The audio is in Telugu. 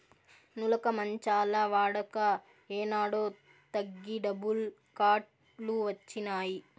నులక మంచాల వాడక ఏనాడో తగ్గి డబుల్ కాట్ లు వచ్చినాయి